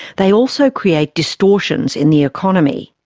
they also create distortions in the economy.